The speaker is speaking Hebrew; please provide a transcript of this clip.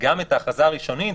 גם את ההכרזה הראשונית,